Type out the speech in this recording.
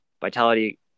Vitality